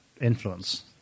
influence